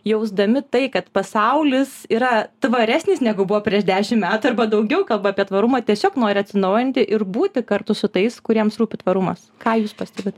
jausdami tai kad pasaulis yra tvaresnis negu buvo prieš dešim metų arba daugiau kalba apie tvarumą tiesiog nori atsinaujinti ir būti kartu su tais kuriems rūpi tvarumas ką jūs pastebit